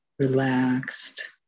relaxed